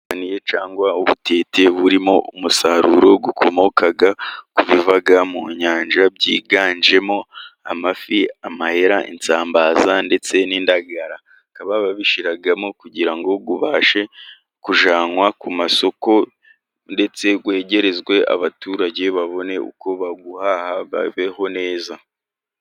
Ubupaniye cyangwa se ubutete burimo umusaruro ukomoka ku biva mu nyanja, byiganjemo amafi, amahera, n'isambaza ndetse n'indagara. Bakaba babishyiramo kugira ngo ubashe kujyanwa ku masoko, ndetse wegerezwe abaturage babone uko bawuhaha babeho neza.